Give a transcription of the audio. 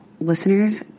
listeners